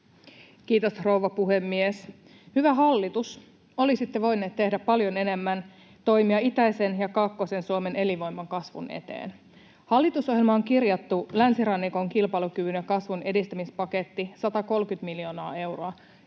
Kiitos, rouva puhemies! Hyvä hallitus, olisitte voineet tehdä paljon enemmän toimia itäisen ja kaakkoisen Suomen elinvoiman kasvun eteen. Hallitusohjelmaan on kirjattu länsirannikon kilpailukyvyn ja kasvun edistämispaketti, 130 miljoonaa euroa.